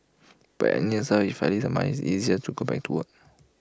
but at least now if I need money it's easier to go back to work